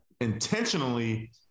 intentionally